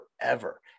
forever